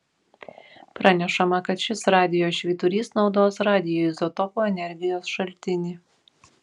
pranešama kad šis radijo švyturys naudos radioizotopų energijos šaltinį